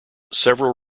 several